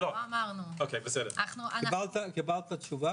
קיבלת תשובה